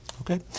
Okay